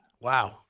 Wow